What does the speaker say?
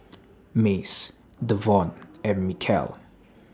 Mace Davon and Michaele